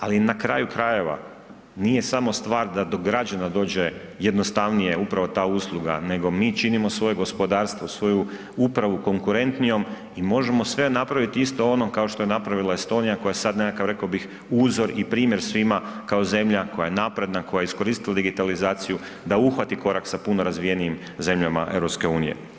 Ali na kraju krajeva nije samo stvar da do građana dođe jednostavnije upravo ta usluga, nego mi činimo svoje gospodarstvo, svoju upravu konkurentnijom i možemo sve napraviti isto ono kao što je napravila Estonija koja je sad nekakav, reko bih, uzor i primjer svima kao zemlja koja je napredna, koja je iskoristila digitalizaciju da uhvati korak sa puno razvijenijim zemljama EU.